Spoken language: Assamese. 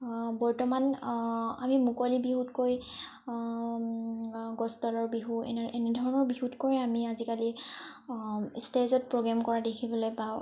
বৰ্তমান আমি মুকলি বিহুতকৈ গছতলৰ বিহু এনে এনেধৰণৰ বিহুতকৈ আমি আজিকালি ষ্টেজত প্ৰগ্ৰেম কৰা দেখিবলৈ পাওঁ